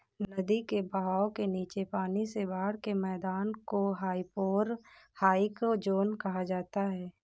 नदी के बहाव के नीचे पानी से बाढ़ के मैदान को हाइपोरहाइक ज़ोन कहा जाता है